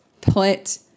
put